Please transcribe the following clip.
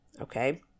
okay